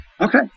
okay